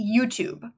YouTube